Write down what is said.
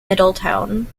middletown